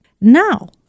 Now